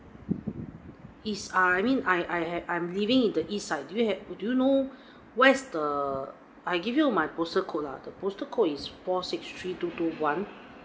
east I mean I I I'm living in the east side do you have do you know where's the I give you my postal code lah the postal code is four six three two two one